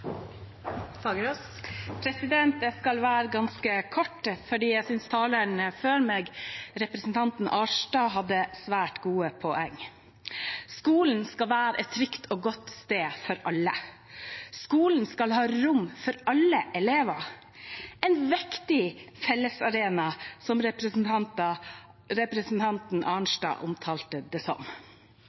Jeg skal være ganske kort, for jeg synes taleren før meg, representanten Arnstad, hadde svært gode poenger. Skolen skal være et trygt og godt sted for alle. Skolen skal ha rom for alle elever – en viktig fellesarena, som representanten Arnstad omtalte den som.